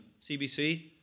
CBC